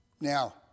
now